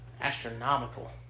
astronomical